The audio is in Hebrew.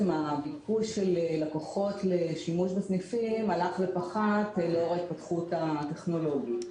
הביקוש של לקוחות לשימוש בסניפים הלך ופחת לאור ההתפתחות הטכנולוגית.